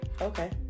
Okay